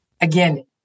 Again